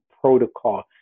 protocol